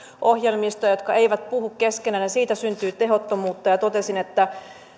ohjelmistoja jotka eivät puhu keskenään ja siitä syntyy tehottomuutta totesin että